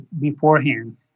beforehand